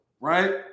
right